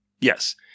yes